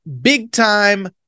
big-time